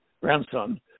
grandson